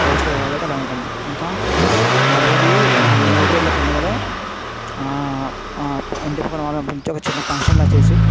ఓర్చుకోలేరు కాబట్టి అలా ఉంటుంది ఇంకా ఆరోజు మూడు రోజుల పండుగలో ఇంటికి పిలిచి ఒక చిన్న ఫంక్షన్లా చేసి